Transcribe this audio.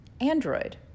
Android